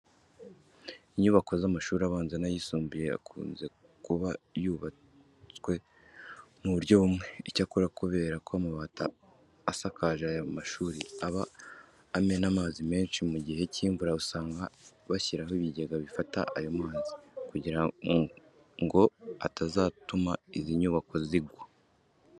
Inyubako z'amashuri abanza n'ayisumbuye akunze kuba yubatswe mu buryo bumwe. Icyakora kubera ko amabati asakaje aya mashuri aba amena amazi menshi mu gihe cy'imvura, usanga bashyiraho ibigega bifata ayo mazi kugira ngo atazatuma izi nyubako zigwa.